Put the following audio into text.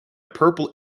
purple